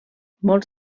molts